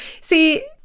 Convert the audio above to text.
See